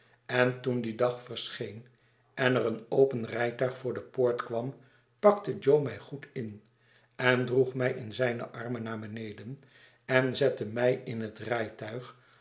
en toen die dag verscheen en er een open rijtuig voor de poort kwara pakte jo mij goed in en droeg mij in zijne armen naar beneden en zette mij in het rijtuig